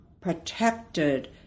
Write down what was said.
protected